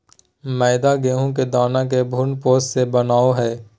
मैदा गेहूं के दाना के भ्रूणपोष से बनो हइ